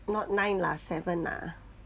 not nine lah seven lah